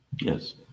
Yes